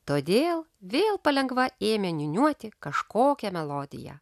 todėl vėl palengva ėmė niūniuoti kažkokią melodiją